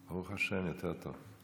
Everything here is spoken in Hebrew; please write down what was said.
ברוך השם, יותר טוב.